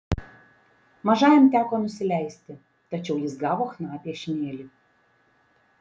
mažajam teko nusileisti tačiau jis gavo chna piešinėlį